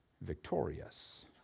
victorious